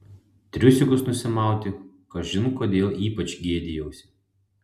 triusikus nusimauti kažin kodėl ypač gėdijausi